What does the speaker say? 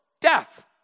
Death